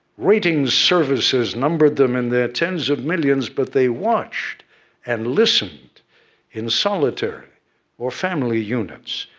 ratings services numbered them in their tens of millions, but they watched and listened in solitary or family units,